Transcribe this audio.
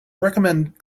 recommend